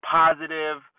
positive